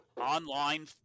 online